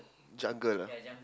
jungle ah